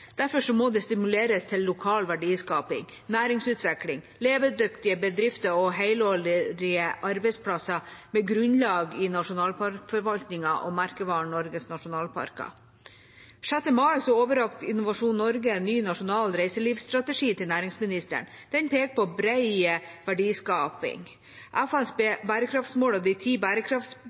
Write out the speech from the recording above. Derfor må det stimuleres til lokal verdiskaping, næringsutvikling, levedyktige bedrifter og helårige arbeidsplasser med grunnlag i nasjonalparkforvaltningen og merkevaren Norges nasjonalparker. Den 6. mai overrakte Innovasjon Norge en ny nasjonal reiselivsstrategi til næringsministeren. Den peker på bred verdiskaping. FNs bærekraftsmål og de ti